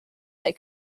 they